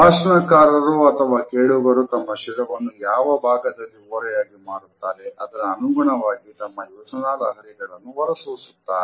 ಭಾಷಣಕಾರರು ಹಾಗೂ ಕೇಳುಗರು ತಮ್ಮ ಶಿರವನ್ನು ಯಾವ ಭಾಗದಲ್ಲಿ ಓರೆಯಾಗಿ ಮಾಡುತ್ತಾರೆ ಅದರ ಅನುಗುಣವಾಗಿ ತಮ್ಮ ಯೋಚನಾಲಹರಿಗಳನ್ನು ಹೊರಸೂಸುತ್ತಾರೆ